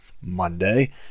Monday